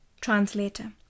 Translator